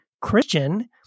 Christian